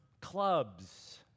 clubs